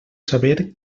saber